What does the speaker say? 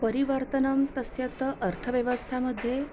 परिवर्तनं तस्य तु अर्थव्यवस्था मध्ये